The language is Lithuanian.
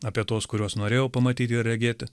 apie tuos kuriuos norėjau pamatyti ir regėti